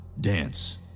dance